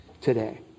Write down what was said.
today